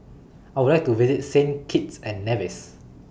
I Would like to visit Saint Kitts and Nevis